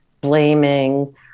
blaming